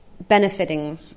benefiting